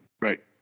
Right